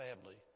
family